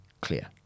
clear